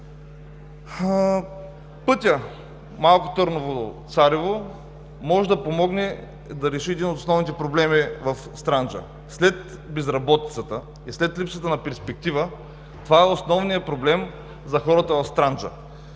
Пътят Малко Търново – Царево може да помогне да се реши един от основните проблеми в Странджа. След безработицата и след липсата на перспектива това е основният проблем за хората в Странджа.